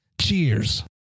Cheers